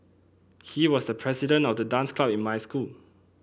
he was the president of the dance club in my school